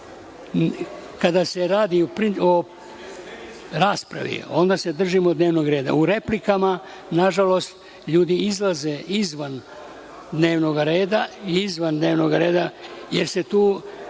kada se radi o raspravi, onda se držimo dnevnog reda. U replikama, nažalost, ljudi izlaze izvan dnevnog reda, jer se tu